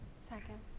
Second